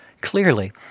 Clearly